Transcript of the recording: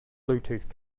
bluetooth